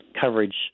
coverage